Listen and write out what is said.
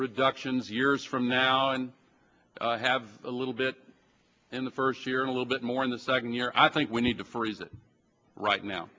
reduction is years from now and have a little bit in the first year and a little bit more in the second year i think we need to freeze it right now